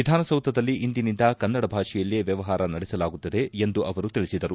ವಿಧಾನಸೌಧದಲ್ಲಿ ಇಂದಿನಿಂದ ಕನ್ನಡ ಭಾಷೆಯಲ್ಲೇ ವ್ಯವಹಾರ ನಡೆಸಲಾಗುತ್ತದೆ ಎಂದು ಅವರು ತಿಳಿಸಿದರು